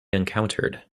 encountered